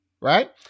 right